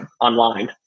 online